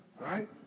Right